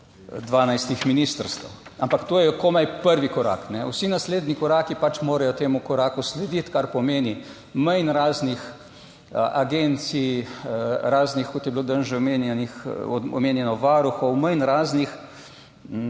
12 ministrstev. Ampak to je komaj prvi korak, vsi naslednji koraki pač morajo temu koraku slediti, kar pomeni manj raznih agencij, raznih, kot je bilo danes že omenjenih omenjeno, varuhov, manj raznih